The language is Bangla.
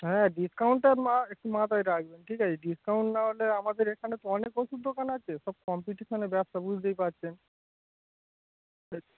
হ্যাঁ ডিসকাউন্টটা মা একটু মাথায় রাখবেন ঠিক আছে ডিসকাউন্ট না হলে আমাদের এখানে তো অনেক ওষুধ দোকান আছে কম্পিটিশনের ব্যাবসা বুঝতেই পারছেন